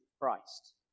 Christ